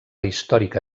històrica